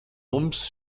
mums